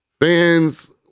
fans